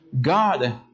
God